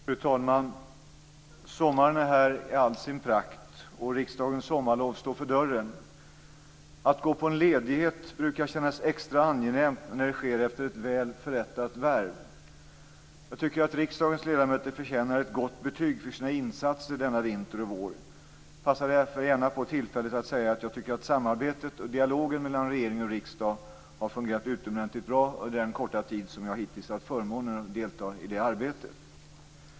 Fru talman! Sommaren är här i all sin prakt, och riksdagens sommarlov står för dörren. Att gå på en ledighet brukar kännas extra angenämt när det sker efter ett väl förrättat värv. Jag tycker att riksdagens ledamöter förtjänar ett gott betyg för sina insatser denna vinter och vår. Jag passar därför gärna på tillfället att säga att jag tycker att samarbetet och dialogen mellan regering och riksdag har fungerat utomordentligt bra under den korta tid som jag hittills har haft förmånen att delta i det arbetet.